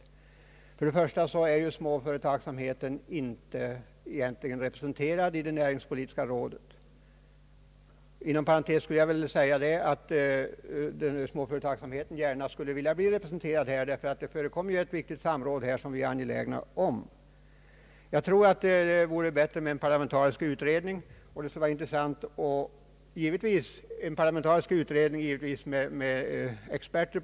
Småföretagsamheten är ju inte representerad i näringspolitiska rådet. Inom parentes vill jag säga att småföre tagsamheten gärna skulle vilja bli representerad i rådet, ty där förekommer ett viktigt samråd som småföretagarna är angelägna om att få ta del i. Jag tror dock att det vore bättre med en parlamentarisk utredning, i vilken givetvis experter på området skulle ingå.